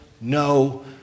no